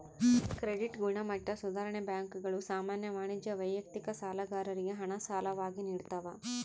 credit ಗುಣಮಟ್ಟ ಸುಧಾರಣೆ ಬ್ಯಾಂಕುಗಳು ಸಾಮಾನ್ಯ ವಾಣಿಜ್ಯ ವೈಯಕ್ತಿಕ ಸಾಲಗಾರರಿಗೆ ಹಣ ಸಾಲವಾಗಿ ನಿಡ್ತವ